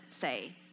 say